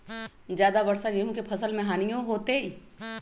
ज्यादा वर्षा गेंहू के फसल मे हानियों होतेई?